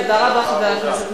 תודה רבה, חבר הכנסת והבה.